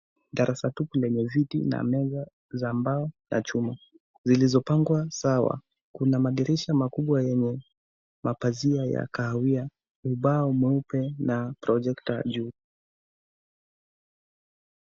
Darasa tupu lenye viti na meza za mbao na chuma zilizopangwa sawa . Kuna madirisha makubwa yenye mapazia ya kahawia, ubao mweupe na [cs ] projector juu .